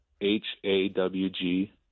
H-A-W-G